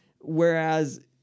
Whereas